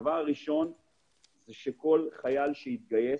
הדבר הראשון, כל חייל יוצא בשאלה שיתגייס,